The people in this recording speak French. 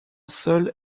seul